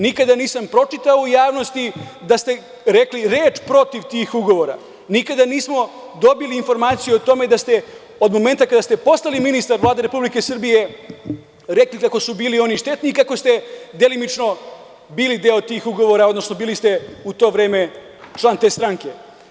Nikada nisam pročitao u javnosti da ste rekli reč protiv tih ugovora, nikada nismo dobili informaciju o tome da ste od momenta kada ste postali ministar Vlade Republike Srbije rekli kako su oni bili štetni i kako ste delimično bili deo tih ugovora, odnosno bili ste u to vreme član te stranke.